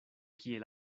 kiel